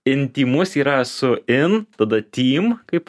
intymus yra su in tada tym kaip